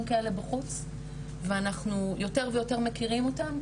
כאלה בחוץ ואנחנו יותר ויותר מכירים אותם,